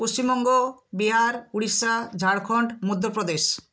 Paschimbanga Bihar Orissa Jharkhand Madhya Pradesh